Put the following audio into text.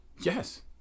Yes